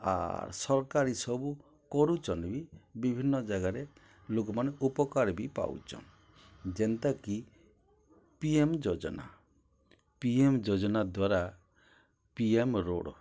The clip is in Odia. ଆର୍ ସର୍କାରୀ ସବୁ କରୁଚନ୍ ବି ବିଭିନ୍ନ ଜାଗାରେ ଲୋକମାନେ ଉପକାର୍ ବି ପାଉଚନ୍ ଯେନ୍ତାକି ପି ଏମ୍ ଯୋଜନା ପି ଏମ୍ ଯୋଜନା ଦ୍ଵାରା ପି ଏମ୍ ରୋଡ଼୍